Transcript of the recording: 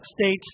states